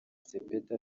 sepetu